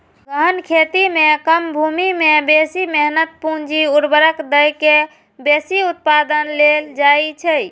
गहन खेती मे कम भूमि मे बेसी मेहनत, पूंजी, उर्वरक दए के बेसी उत्पादन लेल जाइ छै